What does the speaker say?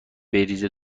بریزه